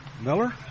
Miller